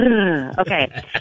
okay